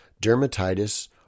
dermatitis